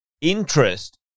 interest